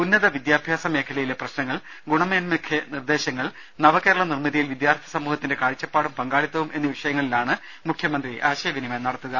ഉന്നത വിദ്യാ ഭ്യാസ മേഖലയിലെ പ്രശ്നങ്ങൾ ഗുണമേന്മയ്ക്ക് നിർദ്ദേശങ്ങൾ നവകേരള നിർമ്മിതിയിൽ വിദ്യാർത്ഥി സമൂഹത്തിന്റെ കാഴ്ചപ്പാടും പങ്കാളിത്തവും എന്നീ വിഷയങ്ങളിലാണ് മുഖ്യമന്ത്രി ആശയവിനിമയം നടത്തുക